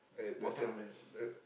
at the the